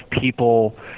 people